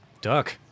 Duck